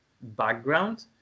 background